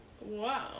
Wow